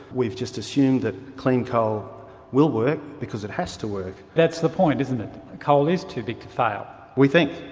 we've just assumed that clean coal will work because it has to work. that's the point, isn't it coal is too big to fail. we think.